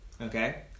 okay